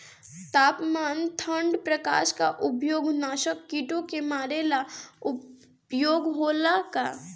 तापमान ठण्ड प्रकास का उपयोग नाशक कीटो के मारे ला उपयोग होला का?